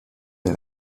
les